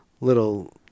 little